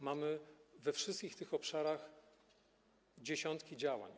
Mamy we wszystkich tych obszarach dziesiątki działań.